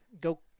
Go